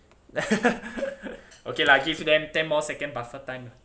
okay lah give them ten more second buffer time ah